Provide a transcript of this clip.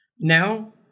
Now